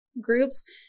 groups